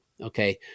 okay